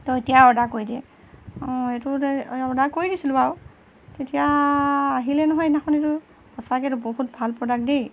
তই এতিয়াই অৰ্ডাৰ কৰি দে অঁ এইটো অৰ্ডাৰ কৰি দিছিলোঁ বাৰু তেতিয়া আহিলে নহয় সেইদিনাখনতো সঁচাকৈতো বহুত ভাল প্ৰডাক্ট দেই